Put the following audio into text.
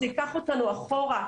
זה ייקח אותנו אחורה,